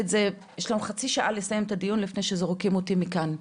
יש לנו חצי שעה לסיים את הדיון לפני שזורקים אותנו מכאן.